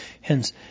Hence